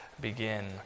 begin